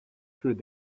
through